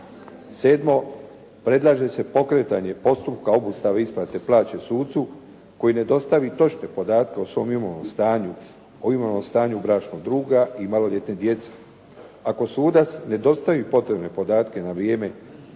Sedmo, predlaže se pokretanje postupka obustave isplate plaće sucu koji ne dostavi točne podatke o svom imovnom stanju bračnog druga i maloljetne djece. Ako sudac ne dostavi potrebne podatke na vrijeme